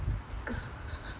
optical